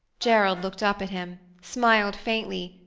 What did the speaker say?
gerald looked up at him, smiled faintly,